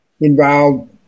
involved